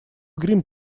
грим